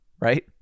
right